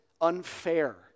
unfair